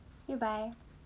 goodbye